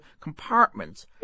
compartment